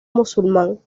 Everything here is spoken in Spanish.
musulmán